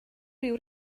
ryw